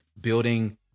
Building